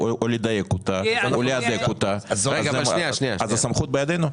לדייק אותה או להדק אותה אז הסמכות בידינו.